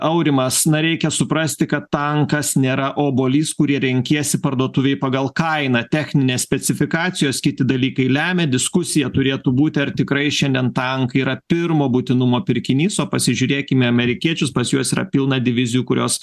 aurimas na reikia suprasti kad tankas nėra obuolys kurį renkiesi parduotuvėj pagal kainą techninės specifikacijos kiti dalykai lemia diskusija turėtų būti ar tikrai šiandien tankai yra pirmo būtinumo pirkinys o pasižiūrėkim į amerikiečius pas juos yra pilna divizijų kurios